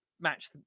match